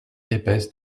épaisse